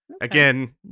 Again